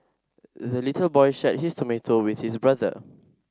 the little boy shared his tomato with his brother